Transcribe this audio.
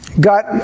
got